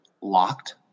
locked